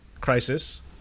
crisis